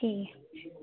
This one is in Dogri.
ठीक ऐ